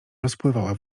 rozpływała